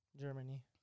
Germany